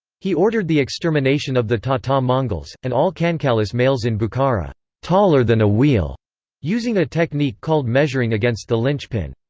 he ordered the extermination of the tata um mongols, and all kankalis males in bukhara taller than a wheel using a technique called measuring against the linchpin.